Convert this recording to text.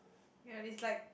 yea is like